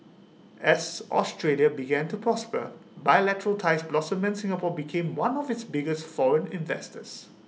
as Australia began to prosper bilateral ties blossomed and Singapore became one of its biggest foreign investors